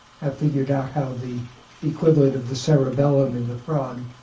have figured out how the equivalent of the cerebellum in the frog.